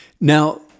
Now